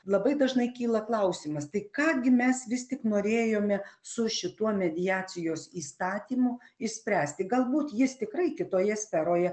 labai dažnai kyla klausimas tai ką gi mes vis tik norėjome su šituo mediacijos įstatymu išspręsti galbūt jis tikrai kitoje sferoje